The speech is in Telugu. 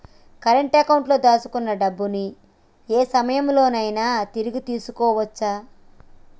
కరెంట్ అకౌంట్లో దాచుకున్న డబ్బుని యే సమయంలోనైనా తిరిగి తీసుకోవచ్చు